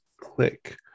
click